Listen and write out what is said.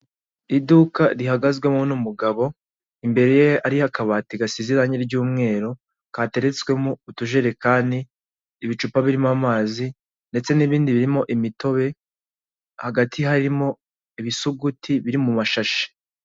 Iduka rihagazwemo n'umugabo imbere ye hari akabati gasize irange ry'umweru, kateretswemo utujerekani, ibicupa birimo amazi, ndetse n'ibindi birimo imitobe, hagati harimo ibisuguti biri mu mashashi.